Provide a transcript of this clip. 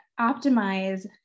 optimize